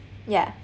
yeah